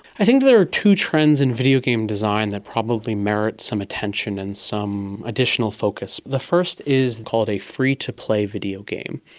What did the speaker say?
i think there are two trends in videogame design that probably merit some attention and some additional focus. the first is called a free to play videogame.